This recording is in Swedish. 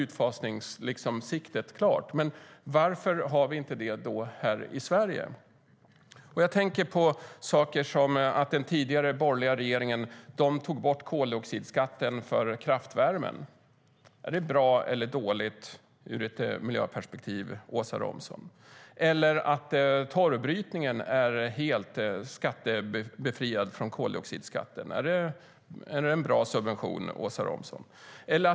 Där är alltså utfasningssiktet klart, men varför har vi det inte i Sverige? Den tidigare borgerliga regeringen tog bort koldioxidskatten för kraftvärmen. Är det bra eller dåligt ur ett miljöperspektiv, Åsa Romson? Torvbrytningen är helt befriad från koldioxidskatt. Är det en bra subvention, Åsa Romson?